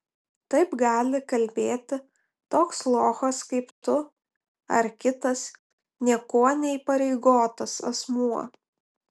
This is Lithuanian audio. taip gali kalbėti toks lochas kaip tu ar kitas niekuo neįpareigotas asmuo